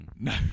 no